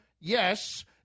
Yes